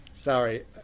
Sorry